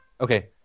okay